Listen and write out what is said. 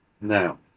Now